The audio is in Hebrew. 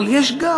אבל יש גם,